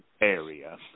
area